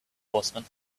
horsemen